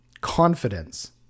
confidence